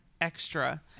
extra